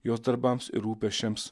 jos darbams ir rūpesčiams